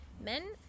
men